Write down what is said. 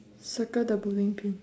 circle the bowling pin